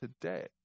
today